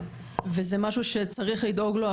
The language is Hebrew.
וזה משהו שצריך לדאוג לו.